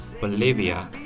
Bolivia